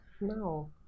no